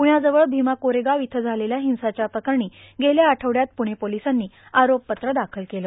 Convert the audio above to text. प्ण्याजवळ भीमा कोरेगाव इथं झालेल्या हिंसाचार प्रकरणी गेल्या आठवड्यात प्णे पोर्वालसांनी आरोपपत्र दाखल केलं